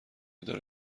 داره